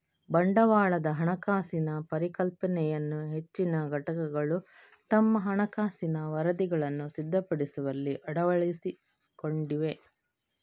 ಬಂಡವಾಳದ ಹಣಕಾಸಿನ ಪರಿಕಲ್ಪನೆಯನ್ನು ಹೆಚ್ಚಿನ ಘಟಕಗಳು ತಮ್ಮ ಹಣಕಾಸಿನ ವರದಿಗಳನ್ನು ಸಿದ್ಧಪಡಿಸುವಲ್ಲಿ ಅಳವಡಿಸಿಕೊಂಡಿವೆ